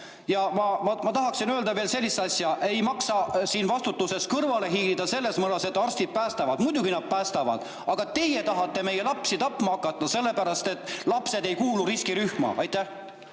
Ja ma tahan öelda veel sellist asja: ei maksa siin vastutusest kõrvale hiilida selles mõttes, et arstid päästavad. Muidugi nad päästavad. Aga teie tahate meie lapsi tapma hakata, sellepärast et lapsed ei kuulu riskirühma. Aitäh!